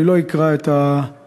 אני לא אקרא את הנאום,